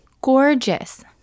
gorgeous